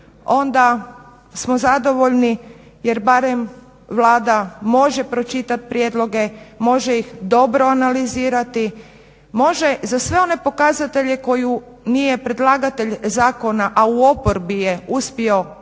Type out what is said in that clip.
Onda smo zadovoljni jer barem Vlada može pročitat prijedloge, može ih dobro analizirati, može za sve one pokazatelje koju nije predlagatelj zakona, a u oporbi je uspio